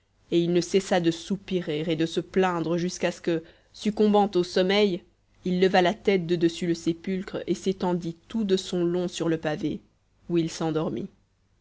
et il ne cessa de soupirer et de se plaindre jusqu'à ce que succombant au sommeil il leva la tête de dessus le sépulcre et s'étendit tout de son long sur le pavé où il s'endormit